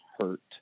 hurt